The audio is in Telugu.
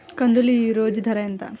కందులు ఈరోజు ఎంత ధర?